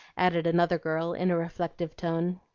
added another girl in a reflective tone.